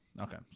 Okay